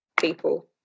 people